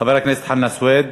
חבר הכנסת חנא סוייד,